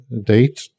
date